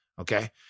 Okay